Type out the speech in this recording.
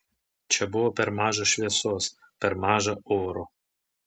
čia buvo per maža šviesos per maža oro